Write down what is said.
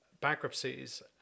bankruptcies